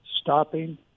stopping